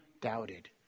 doubted